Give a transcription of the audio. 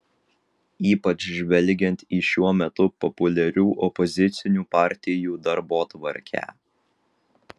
ypač žvelgiant į šiuo metu populiarių opozicinių partijų darbotvarkę